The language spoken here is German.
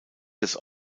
des